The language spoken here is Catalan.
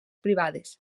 privades